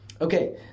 Okay